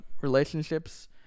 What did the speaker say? relationships